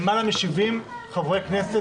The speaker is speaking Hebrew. למעלה מ-70 חברי כנסת,